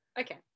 Okay